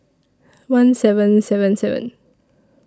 one seven seven seven